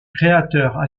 créateurs